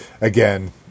Again